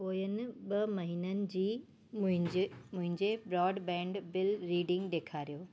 पोयनि ॿ महीननि जी मुंहिंजे मुंहिंजे ब्रॉडबैंड बिल रीडिंग ॾेखारियो